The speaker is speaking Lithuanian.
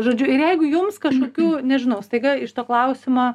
žodžiu ir jeigu jums kažkokių nežinau staiga iš to klausimo